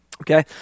Okay